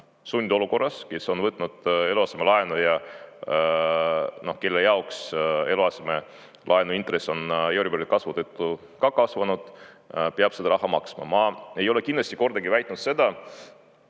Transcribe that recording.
sundolukorras, kes on võtnud eluasemelaenu ja kelle jaoks eluasemelaenu intress on euribori kasvu tõttu ka kasvanud, peab seda raha maksma. Ma ei ole kindlasti kordagi väitnud seda,